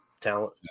talent